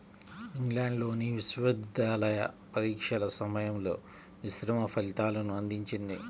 ఇంగ్లాండ్లోని విశ్వవిద్యాలయ పరీక్షల సమయంలో మిశ్రమ ఫలితాలను అందించింది